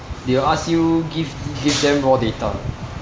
they will ask you give give them raw data